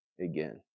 again